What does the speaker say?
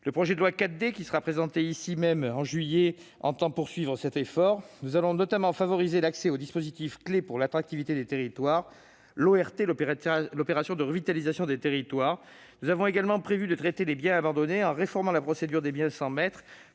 Le projet de loi dit 4D, qui sera présenté ici même au mois de juillet prochain, entend poursuivre cet effort. Nous allons notamment favoriser l'accès au dispositif clé pour l'attractivité des territoires : l'opération de revitalisation des territoires (ORT). Nous avons également prévu de traiter la question des biens abandonnés en réformant la procédure des biens sans maître